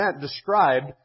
described